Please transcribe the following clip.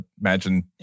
imagine